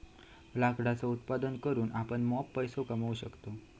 लाकडाचा उत्पादन करून आपण मॉप पैसो कमावू शकतव